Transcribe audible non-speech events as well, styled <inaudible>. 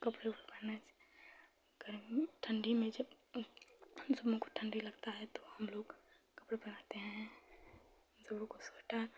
<unintelligible> गर्मी ठण्डी में जब उन सबों को ठण्डी लगती है तो हमलोग कपड़े पहनाते हैं दोनों को सूटर